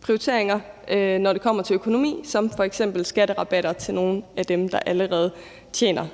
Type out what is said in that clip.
prioriteringer, når det kommer til økonomi, som f.eks. skatterabatter til nogle at dem, der allerede tjener